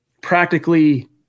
practically